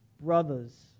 brothers